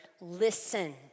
Listen